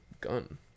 gun